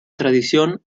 tradición